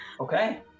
Okay